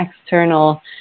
external